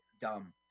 dumb